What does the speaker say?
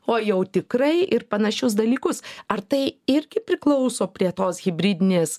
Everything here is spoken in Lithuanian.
o jau tikrai ir panašius dalykus ar tai irgi priklauso prie tos hibridinės